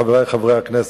חברי חברי הכנסת,